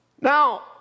Now